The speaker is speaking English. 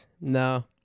No